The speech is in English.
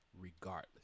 regardless